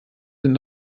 sind